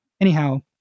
anyhow